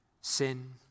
sin